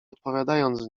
odpowiadając